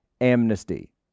amnesty